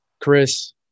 Chris